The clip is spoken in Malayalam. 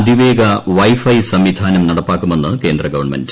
അതിവേഗ വൈഫൈ സംവിധാനം നടപ്പിലാക്കുമെന്ന് കേന്ദ്ര ഗവൺമെന്റ്